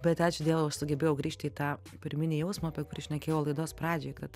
bet ačiū diev aš sugebėjau grįžt į tą pirminį jausmą apie kurį šnekėjau laidos pradžioj kad